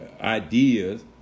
ideas